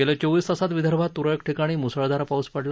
गेल्या चोविस तासात विदर्भात तुरळक ठिकाणी मुसळधार पाऊस पडला